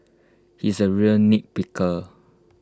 he is A real nitpicker